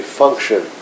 function